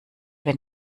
wenn